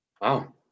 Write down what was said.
Wow